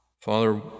Father